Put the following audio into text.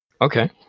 Okay